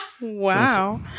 Wow